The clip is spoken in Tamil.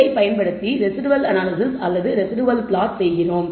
இதைப் பயன்படுத்தி ரெஸிடுவல் அனாலைஸிஸ் அல்லது ரெஸிடுவல் ப்ளாட்ஸ் செய்கிறோம்